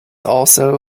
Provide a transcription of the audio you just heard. also